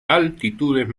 altitudes